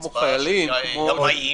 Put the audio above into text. של ימאים.